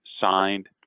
signed